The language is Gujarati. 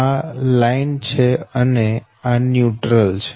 આ લાઈન છે અને આ ન્યુટ્રલ છે